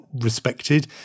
respected